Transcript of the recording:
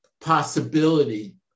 possibility